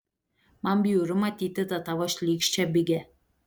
man bjauru matyti tą tavo šlykščią bigę